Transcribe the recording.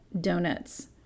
donuts